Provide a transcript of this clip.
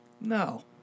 No